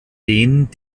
den